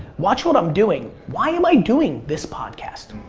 watch what i'm doing. why am i doing this podcast?